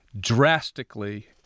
drastically